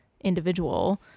individual